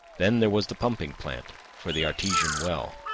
then there was the pumping plant for the artesian well,